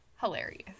hilarious